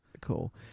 cool